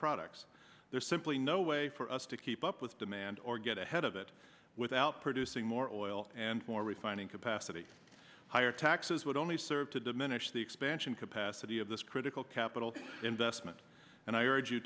products there's simply no way for us to keep up with demand or get ahead of it without producing more oil and more refining capacity higher taxes would only serve to diminish the expansion capacity of this critical capital investment and i